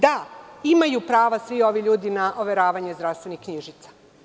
Da, imaju prava svi ovi ljudi na overavanje zdravstvenih knjižica.